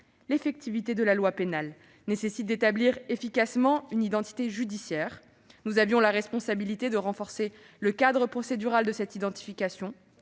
L'effectivité de la loi pénale nécessite d'établir efficacement une identité judiciaire. Nous avions la responsabilité de renforcer le cadre procédural de cette identification.